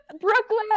Brooklyn